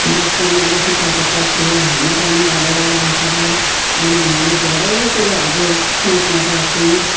डटपेनले लेखिसकेपछि हामी बन्द गरेर राखेर अनि हामी धेरै कुरोहरू सोच्ने गर्छौँ